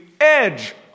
edge